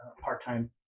part-time